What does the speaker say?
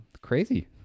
Crazy